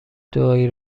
دعایی